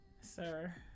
sir